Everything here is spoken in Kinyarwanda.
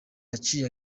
yaciye